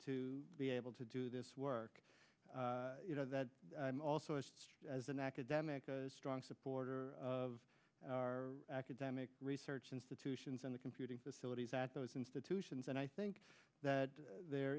to be able to do this work you know that also is as an academic a strong supporter of our academic research institutions and the computing facilities at those institutions and i think that there